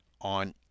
on